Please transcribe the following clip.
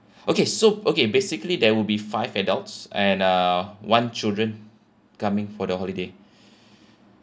okay so okay basically there will be five adults and uh one children coming for the holiday